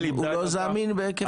בהיקפים.